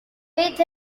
with